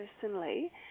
personally